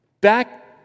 Back